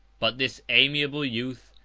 but this amiable youth,